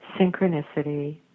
synchronicity